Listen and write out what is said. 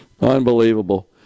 Unbelievable